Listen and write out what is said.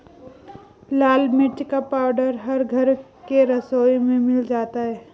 लाल मिर्च का पाउडर हर घर के रसोई में मिल जाता है